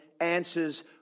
answers